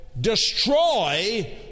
destroy